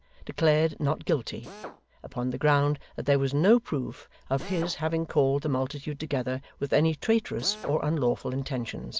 declared not guilty upon the ground that there was no proof of his having called the multitude together with any traitorous or unlawful intentions.